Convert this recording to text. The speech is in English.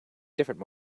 different